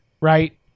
right